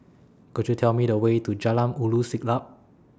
Could YOU Tell Me The Way to Jalan Ulu Siglap